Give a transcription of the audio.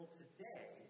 today